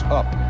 up